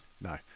No